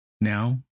Now